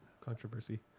controversy